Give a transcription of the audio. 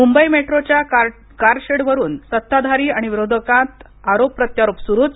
मुंबई मेट्रोच्या कारशेडवरून सत्ताधारी आणि विरोधकांत आरोप प्रत्यारोप सुरूच